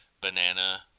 banana